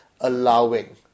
allowing